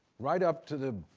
right up to the,